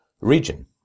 region